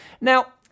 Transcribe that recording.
Now